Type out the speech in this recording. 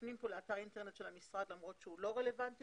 מפנים כאן לאתר האינטרנט של המשרד לא רלוונטי